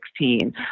2016